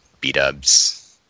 B-dubs